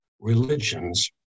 religions